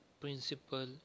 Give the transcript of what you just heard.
principle